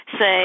say